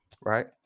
right